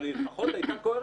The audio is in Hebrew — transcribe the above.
אבל היא לפחות היתה קוהרנטית,